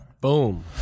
boom